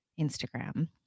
Instagram